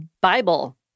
Bible